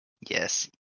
Yes